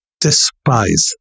despise